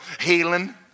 Healing